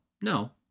no